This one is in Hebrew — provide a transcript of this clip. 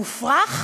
מופרך?